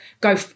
go